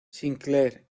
sinclair